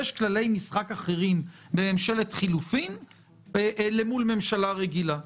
יש כללי משחק אחרים בממשלת חילופים אל מול ממשלה רגילה.